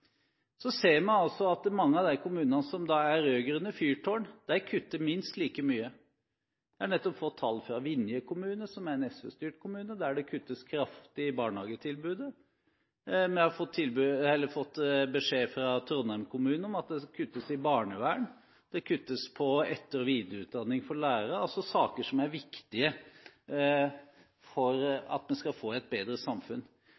Så ser vi at mange av de kommunene som er rød-grønne fyrtårn, kutter minst like mye. Vi har nettopp fått tall fra Vinje kommune, som er en SV-styrt kommune, der det kuttes kraftig i barnehagetilbudet. Vi har fått beskjed fra Trondheim kommune om at det kuttes i barnevern og det kuttes på etter- og videreutdanning for lærere – saker som er viktige for at vi skal få et bedre samfunn.